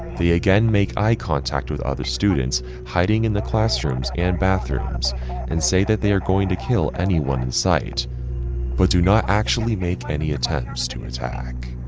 again make eye contact with other students hiding in the classrooms and bathrooms and say that they are going to kill anyone in sight but do not actually make any attempts to attack